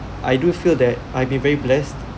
I do feel that I've been very blessed